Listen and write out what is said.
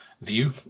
view